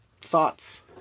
thoughts